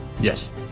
Yes